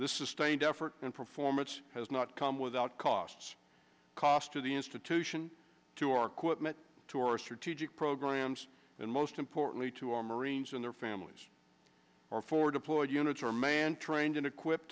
this sustained effort and performance has not come without costs cost to the institution to our quit to our strategic programs and most importantly to our marines and their families are forward deployed units are man trained and equipped